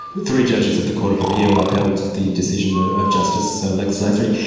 three judges of the court of appeal upheld the decision ah of justice lex lasry.